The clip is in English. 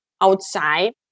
outside